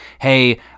hey